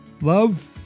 Love